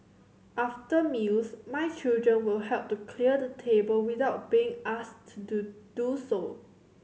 after meals my children will help to clear the table without being asked to do so